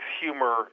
humor